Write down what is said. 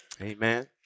Amen